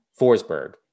Forsberg